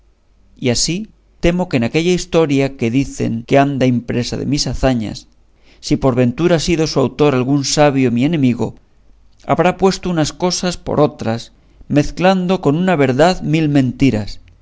y así temo que en aquella historia que dicen que anda impresa de mis hazañas si por ventura ha sido su autor algún sabio mi enemigo habrá puesto unas cosas por otras mezclando con una verdad mil mentiras